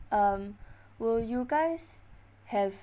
um will you guys have